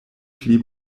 pli